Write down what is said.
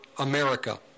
America